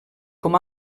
com